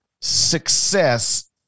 success